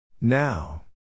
Now